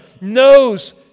knows